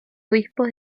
obispos